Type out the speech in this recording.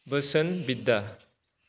बोसोन बिद्दा